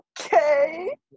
okay